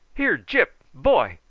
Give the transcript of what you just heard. here, gyp, boy!